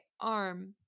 arm